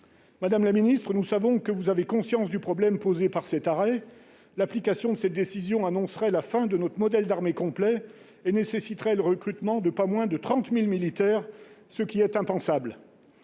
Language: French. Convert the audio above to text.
Madame la ministre, nous savons que vous avez conscience du problème posé par cet arrêt. L'application de cette décision annoncerait la fin de notre modèle d'armée complet et nécessiterait le recrutement de 30 000 militaires supplémentaires, ce qui est impensable